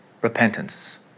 repentance